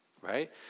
right